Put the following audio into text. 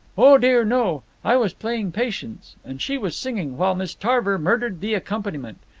oh dear no! i was playing patience, and she was singing, while miss tarver murdered the accompaniment.